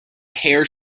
hare